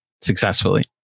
successfully